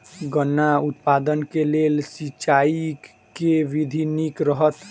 गन्ना उत्पादन केँ लेल सिंचाईक केँ विधि नीक रहत?